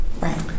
Right